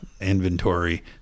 inventory